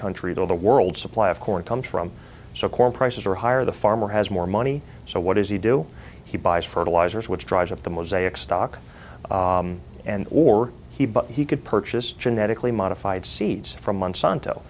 country the world's supply of corn comes from so core prices are higher the farmer has more money so what does he do he buys fertilizers which drives up the mosaics stock and or he but he could purchase genetically modified seeds from monsanto